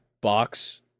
box